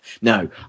No